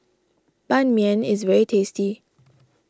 Ban Mian is very tasty